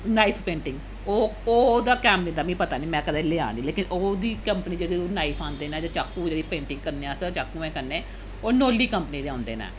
knife painting ओह् ओह् ओह्दा कैमलिन दा मिं पता निं में कदें लेआ निं लेकन ओह्दी कंपनी दे जेह्ड़े नाइफ औंदे न चाकू जेह्ड़े पेंटिंग करने आस्तै ओह् चाकुएं कन्नै ओह् नोल्ली कंपनी दे औंदे न